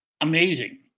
amazing